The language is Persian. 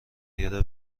نیاره